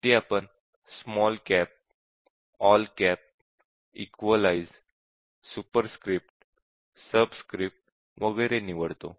इथे आपण small cap all cap equalise superscript subscript वगैरे निवडतो